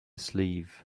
sleeve